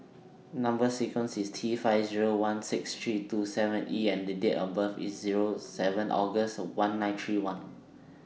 Number sequence IS T five Zero one six three two seven E and The Date of birth IS Zero seven August one nine three one